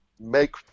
make